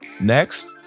Next